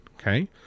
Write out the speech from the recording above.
Okay